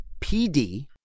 PD